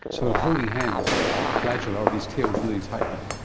sort of holding hands or flagella or these tails really tightly.